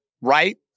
right